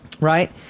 Right